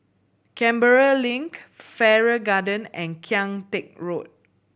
Canberra Link Farrer Garden and Kian Teck Road